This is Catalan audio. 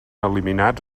eliminats